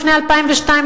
לפני 2002,